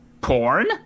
Porn